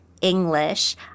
English